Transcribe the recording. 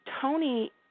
Tony